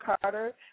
Carter